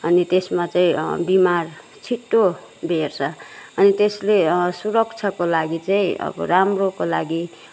अनि त्यसमा चाहिँ बिमार छिट्टो भेट्छ अनि त्यसले सुरक्षाको लागि चाहिँ अब राम्रोको लागि